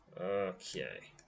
Okay